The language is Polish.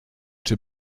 czy